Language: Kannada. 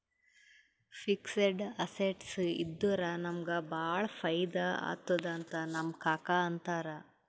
ಫಿಕ್ಸಡ್ ಅಸೆಟ್ಸ್ ಇದ್ದುರ ನಮುಗ ಭಾಳ ಫೈದಾ ಆತ್ತುದ್ ಅಂತ್ ನಮ್ ಕಾಕಾ ಅಂತಾರ್